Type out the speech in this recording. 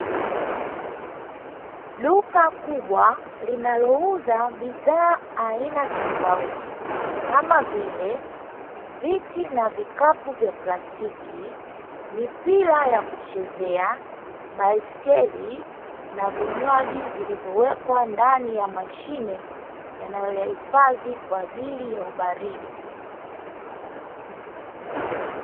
Duka kubwa linalouza bidhaa aina tofauti kama vile viti na vikapu vya plastiki, mipira ya kuchezea, baiskeli na vinywaji vilivowekwa ndani ya mashine yanayohifadhi kwa ajili ya ubaridi.